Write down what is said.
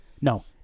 No